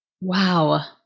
Wow